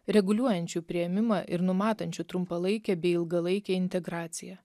reguliuojančių priėmimą ir numatančių trumpalaikę bei ilgalaikę integraciją